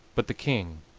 but the king,